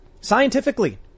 Scientifically